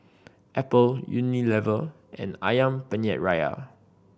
Apple Unilever and Ayam Penyet Ria